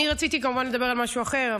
אני רציתי כמובן לדבר על משהו אחר.